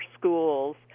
schools